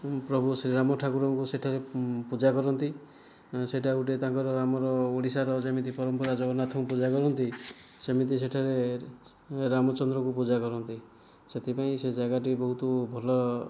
ପ୍ରଭୁ ଶ୍ରୀରାମ ଠାକୁରଙ୍କୁ ସେଠାରେ ପୂଜା କରନ୍ତି ସେଇଟା ଗୋଟିଏ ତାଙ୍କର ଆମର ଓଡ଼ିଶାର ଯେମିତି ପରମ୍ପରା ଜଗନ୍ନାଥଙ୍କୁ ପୂଜା କରନ୍ତି ସେମିତି ସେଠାରେ ରାମଚନ୍ଦ୍ରଙ୍କୁ ପୂଜା କରନ୍ତି ସେଥିପାଇଁ ସେ ଜାଗାଟି ବହୁତ ଭଲ